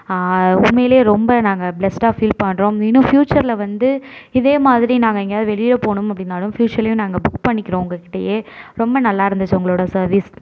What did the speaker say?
உண்மையிலே ரொம்ப நாங்கள் ஃப்ளேஸ்ட்டாக ஃபீல் பண்ணுறோம் இன்னும் ஃபியூச்சரில் வந்து இதே மாதிரி நாங்கள் எங்கேயாவது வெளியே போகணும் அப்படின்னாலும் ஃபியூச்சர்லேயும் நாங்கள் புக் பண்ணிக்கிறோம் உங்கள் கிட்டேயே ரொம்ப நல்லாயிருந்துச்சு உங்களோட சர்வீஸ்